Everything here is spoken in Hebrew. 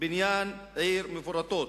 בניין עיר מפורטות,